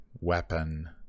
weapon